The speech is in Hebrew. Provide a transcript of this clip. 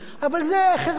אבל זה, החרשתי.